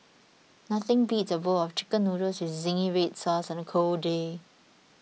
nothing beats a bowl of Chicken Noodles with Zingy Red Sauce on a cold day